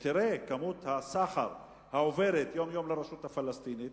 ותראה את כמות הסחר העוברת יום-יום לרשות הפלסטינית